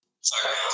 Sorry